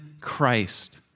Christ